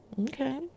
Okay